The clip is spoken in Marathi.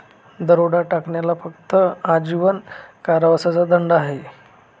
दरोडा टाकण्याला फक्त आजीवन कारावासाचा दंड आहे